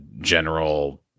general